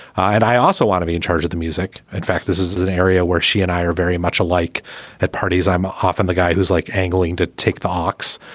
and i also want to be in charge of the music. in fact, this is is an area where she and i are very much alike at parties. i'm ah often the guy who's like angling to take the um box,